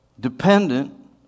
Dependent